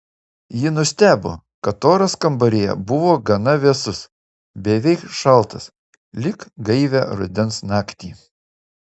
ji nustebo kad oras kambaryje buvo gana vėsus beveik šaltas lyg gaivią rudens naktį